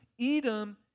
Edom